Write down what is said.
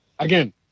Again